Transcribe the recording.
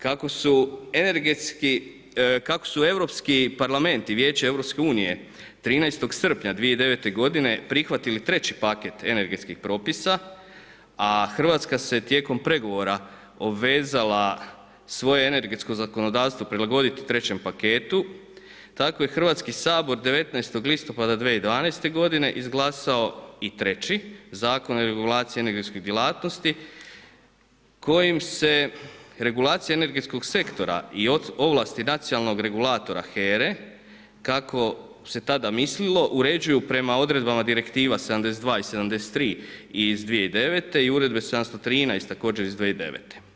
Kako su Europski parlament i Vijeće EU 13. srpnja 2009. godine prihvatili 3. paket energetskih propisa a Hrvatska se tijekom pregovora obvezala svoje energetsko zakonodavstvo prilagoditi trećem paketu tako je Hrvatski sabor 19. listopada 2012. godine izglasao i 3.-ći Zakon o regulaciji energetskih djelatnosti kojim se regulacija energetskog sektora i ovlasti nacionalnog regulatora HERA-e kako se tada mislilo uređuju prema odredbama direktiva 72. i 73. iz 2009. i uredbe 713. također iz 2009.